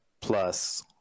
plus